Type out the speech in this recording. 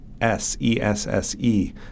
S-E-S-S-E